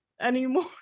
anymore